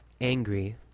angry